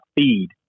feed